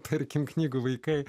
tarkim knygų vaikai